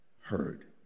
heard